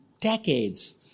decades